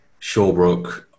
Shawbrook